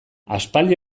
aspaldi